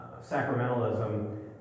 sacramentalism